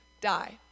die